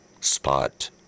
Spot